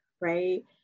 right